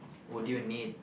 would you need